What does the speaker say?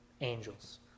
angels